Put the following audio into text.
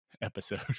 episode